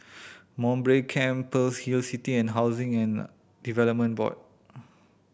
Mowbray Camp Pearl's Hill City and Housing and Development Board